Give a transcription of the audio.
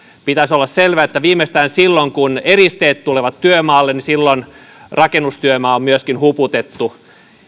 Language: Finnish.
pitäisi olla selvää että viimeistään silloin kun eristeet tulevat työmaalle rakennustyömaa on myöskin huputettu